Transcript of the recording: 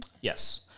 Yes